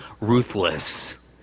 ruthless